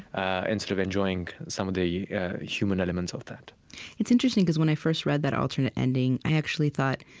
ah instead of enjoying some of the human elements of that it's interesting, because when i first read that alternate ending, i actually thought,